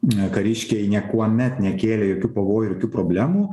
e kariškiai niekuomet nekėlė jokių pavojų ir jokių problemų